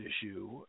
issue